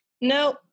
No